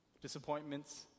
Disappointments